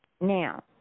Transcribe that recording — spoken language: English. Now